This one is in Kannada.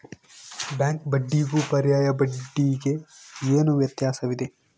ಬ್ಯಾಂಕ್ ಬಡ್ಡಿಗೂ ಪರ್ಯಾಯ ಬಡ್ಡಿಗೆ ಏನು ವ್ಯತ್ಯಾಸವಿದೆ?